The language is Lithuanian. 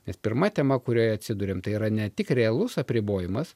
nes pirma tema kurioje atsiduriam tai yra ne tik realus apribojimas